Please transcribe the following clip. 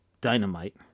Dynamite